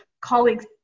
colleagues